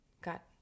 got